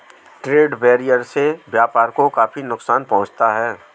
trade barrier से व्यापार को काफी नुकसान पहुंचता है